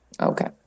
Okay